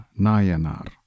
Nayanar